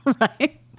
right